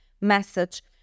message